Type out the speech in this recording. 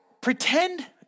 Pretend